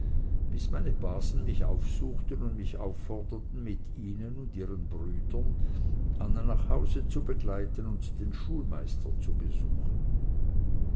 bis meine basen mich aufsuchten und mich aufforderten mit ihnen und ihren brüdern anna nach hause zu begleiten und den schulmeister zu besuchen